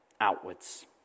outwards